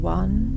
one